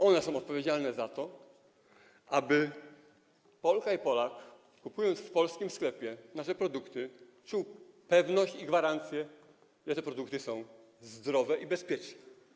One są odpowiedzialne za to, aby Polka i Polak, kupując w polskim sklepie nasze produkty, czuli pewność, gwarancję, że te produkty są zdrowe i bezpieczne.